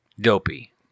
Dopey